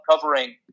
covering